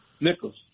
Nichols